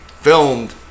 filmed